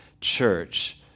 church